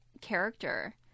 character